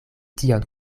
tion